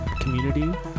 community